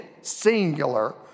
singular